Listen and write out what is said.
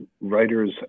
writers